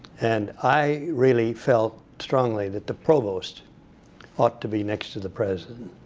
and i really felt strongly that the provost ought to be next to the president.